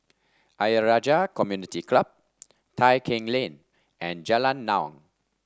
Ayer Rajah Community Club Tai Keng Lane and Jalan Naung